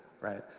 right